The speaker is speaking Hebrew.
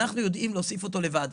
אנחנו יודעים להוסיף אותו לבד.